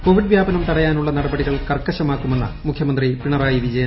Covid വ്യാപനം തടയാനുള്ള നടപടികൾ കർക്കശമാക്കുമെന്ന് മുഖ്യമന്ത്രി പിണറായി വിജയൻ